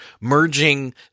merging